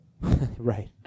Right